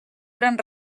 gran